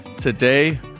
Today